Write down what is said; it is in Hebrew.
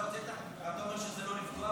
ואתה אומר שזה לא לפגוע